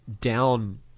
down